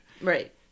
Right